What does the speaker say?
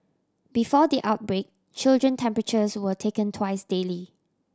before the outbreak children temperatures were taken twice daily